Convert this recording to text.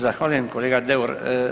Zahvaljujem kolega Deur.